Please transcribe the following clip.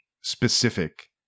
specific